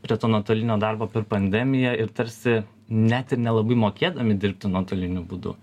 prie to nuotolinio darbo per pandemiją ir tarsi net ir nelabai mokėdami dirbti nuotoliniu būdu